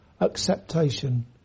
acceptation